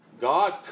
God